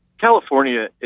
California